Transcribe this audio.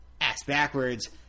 ass-backwards